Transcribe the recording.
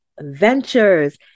ventures